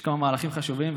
יש כמה מהלכים חשובים,